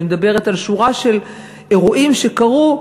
אני מדברת על שורה של אירועים שקרו,